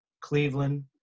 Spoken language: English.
Cleveland